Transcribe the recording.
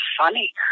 funny